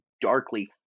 darkly